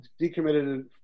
decommitted